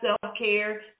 self-care